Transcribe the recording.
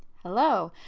hello.